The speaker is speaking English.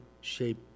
shape